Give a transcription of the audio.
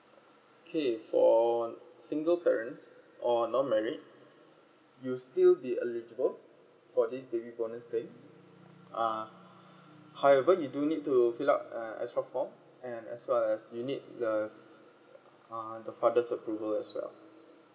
okay for single parents or not married you still be eligible for this baby bonus thing uh however you do need to fill up uh extra form and as well as you need uh the father's approval as well